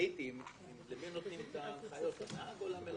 תהיתי למי נותנים את ההנחיות, לנהג או למלווה.